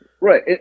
Right